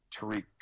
Tariq